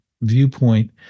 viewpoint